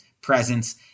presence